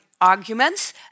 arguments